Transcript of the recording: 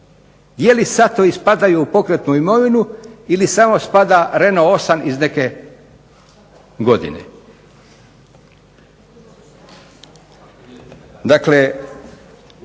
Je li satovi spadaju u pokretnu imovinu ili samo spada Renault 8 iz neke godine? Dakle,